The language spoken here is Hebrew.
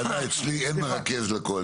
ברור.